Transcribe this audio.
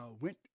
went